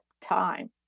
time